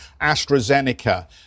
AstraZeneca